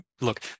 look